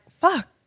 fuck